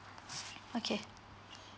okay